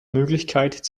möglichkeit